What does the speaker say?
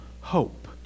hope